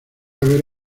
haber